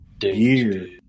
Years